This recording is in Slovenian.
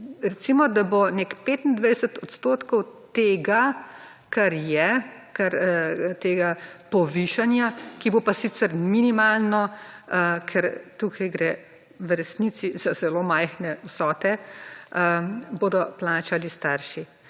recimo, da bo nek 25 % tega, kar je, tega povišanja, ki bo pa sicer minimalno, ker tukaj gre v resnici za zelo majhne vsote, bodo plačali starši.